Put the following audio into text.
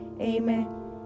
Amen